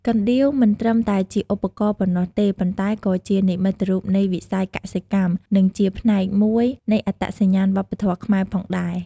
កណ្ដៀវមិនត្រឹមតែជាឧបករណ៍ប៉ុណ្ណោះទេ ប៉ុន្តែក៏ជានិមិត្តរូបនៃវិស័យកសិកម្ម និងជាផ្នែកមួយនៃអត្តសញ្ញាណវប្បធម៌ខ្មែរផងដែរ។